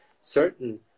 certain